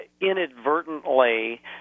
inadvertently